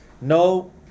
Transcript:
no